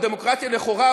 או דמוקרטיה לכאורה,